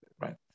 Right